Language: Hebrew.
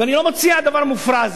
ואני לא מציע דבר מופרז.